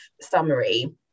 summary